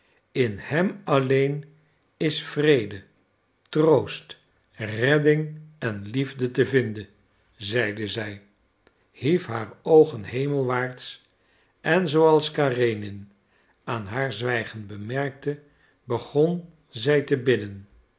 in hem alleen is vrede troost redding en liefde te vinden zeide zij hief haar oogen hemelwaarts en zooals karenin aan haar zwijgen bemerkte begon zij te bidden